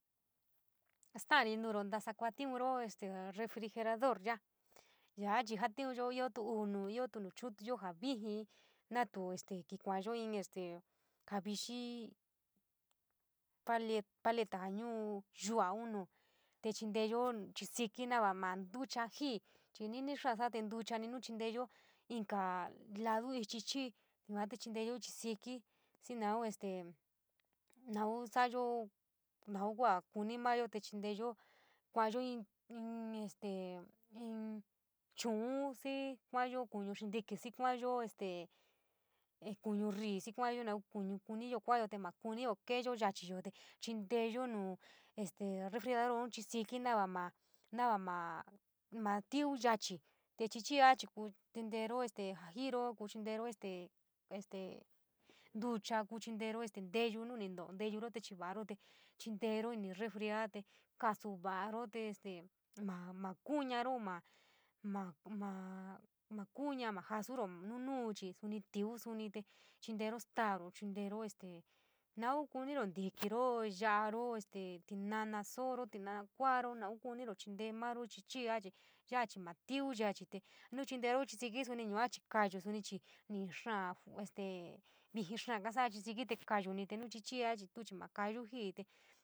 Staari nuuro ntasa kuatiuro este refrigerador ya a ya’a chii jatiunyo ioo tu uu nuu, iootuu chu’untuyo jaa vijii naatu este kii kuayo inn este ja vixii paleta jaa ñu’u yu’uaun nuu chinteyo chisíkí jaa ma ntucha jii, ni’ini xaa sa’a te ntuchaniun nu chinteyo inka lado ichi chiii yua te chinteyo ichi síkí xii naun este naun sa’ayo, naun kua kunimayo te chinteyo, kuayo inn, inn stee inn chuu xii kuayo kuñu xintiki xii kuayo este este kuño ríí xií kuayo naun kuñu kuniyo kuayo te maa kuniyo keeyo yachiyo te chinteyo nuu este refrigerador chii síkí na va maa, navama matíví yachi, te chichia chii kuu chintero este este ntucha, kuu chintero nteyuu nu ni ntoo, nteyoro kuu chivaro te chiñtero ini refria te kasuva’aro te moi ma kuñaro, ma, ma, ma kuña, ma jasuro nu nuu chii ni tiví suni te chintero staaro, chintero este naun kuniro ntikiro, ya’aro, tinana sooro, tinana kuaro naun kuniro, chintee mara chii chi’ia ya’a chii ma tikí yachii te nuu chintero chii sikíaa chii kayu suni chii ñiii xaa vijii xaa este vijii xa’aga tu chii maa kayu ji’ii.